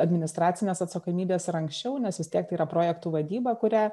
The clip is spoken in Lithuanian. administracinės atsakomybės ir anksčiau nes vis tiek tai yra projektų vadyba kurią